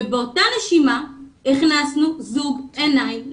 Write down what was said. באותה נשימה הכנסנו זוג עיניים לגן.